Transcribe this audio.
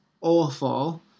awful